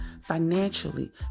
financially